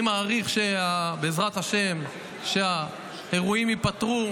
אני מעריך שבעזרת השם האירועים ייפתרו,